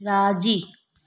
राज़ी